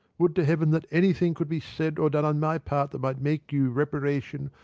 would to heaven that anything could be said or done on my part that might make you reparation,